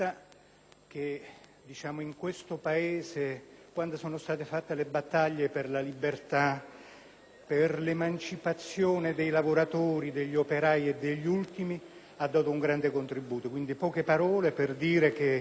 che in questo Paese, quando sono state fatte le battaglie per la libertà, per l'emancipazione dei lavoratori, degli operai e degli ultimi, ha dato un grande contributo. Quindi, poche parole per